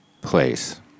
place